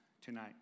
tonight